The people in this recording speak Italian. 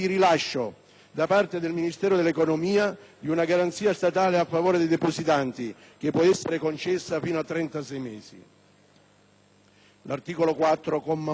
da parte del Ministero dell'economia, di una garanzia statale a favore dei depositanti, che può essere concessa fino a trentasei